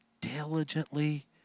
diligently